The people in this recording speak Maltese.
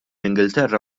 ingilterra